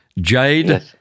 Jade